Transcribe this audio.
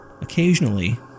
Occasionally